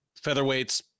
featherweights